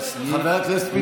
חבר הכנסת פינדרוס.